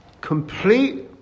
complete